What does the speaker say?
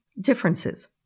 differences